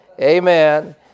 Amen